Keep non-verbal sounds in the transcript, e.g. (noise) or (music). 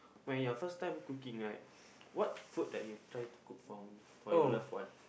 when your first time cooking right (breath) what food that you try to cook for for your loved one